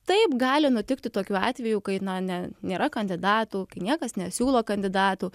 taip gali nutikti tokių atvejų kai na ne nėra kandidatų kai niekas nesiūlo kandidatų